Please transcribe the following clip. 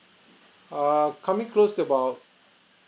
err coming close about